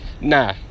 Nah